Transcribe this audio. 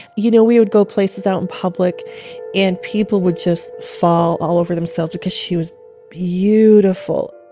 you know we would go places out in public and people would just fall all over themselves because she was beautiful.